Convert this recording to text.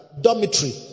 dormitory